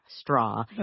straw